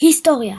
היסטוריה